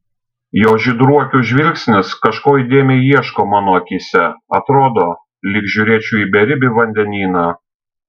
jo žydrų akių žvilgsnis kažko įdėmiai ieško mano akyse atrodo lyg žiūrėčiau į beribį vandenyną